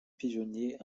pigeonnier